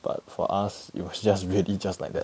but for us it was just really just like that